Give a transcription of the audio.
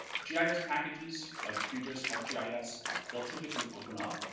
gis packages, like qgis, arcgis, they'll typically open up,